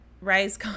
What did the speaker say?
Rise